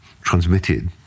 transmitted